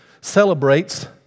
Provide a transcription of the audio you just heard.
celebrates